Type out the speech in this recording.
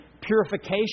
purification